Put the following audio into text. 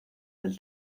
del